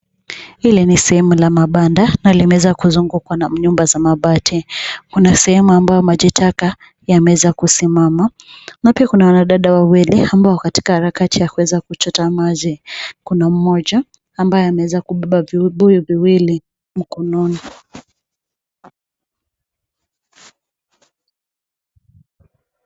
Hili ni sehemu la mabanda na limeweza kuzungukwa na nyumba za mabati. Kuna sehemu ambayo maji taka yameweza kusimama na pia kuna wanadada wawili ambao wako katika harakati za kuweza kuchota maji. Kuna mmoja ambaye ameweka kubeba vibuyu viwili mkononi.